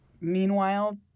Meanwhile